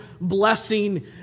blessing